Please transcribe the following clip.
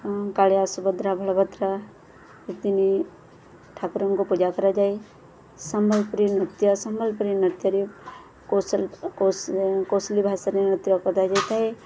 କାଳିଆ ସୁଭଦ୍ରା ବଳଭଦ୍ର ତିନି ଠାକୁରଙ୍କୁ ପୂଜା କରାଯାଏ ସମ୍ବଲପୁରୀ ନୃତ୍ୟ ସମ୍ବଲପୁରୀ ନୃତ୍ୟରେ କୌଶୌ କୌଶଲୀ ଭାଷାାରେ ନୃତ୍ୟ କରାଯାଇଥାଏ